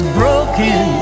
broken